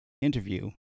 interview